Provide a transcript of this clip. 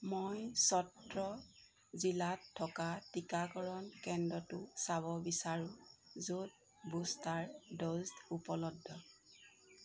মই চত্ৰ জিলাত থকা টীকাকৰণ কেন্দ্ৰটো চাব বিচাৰোঁ য'ত বুষ্টাৰ ড'জ উপলব্ধ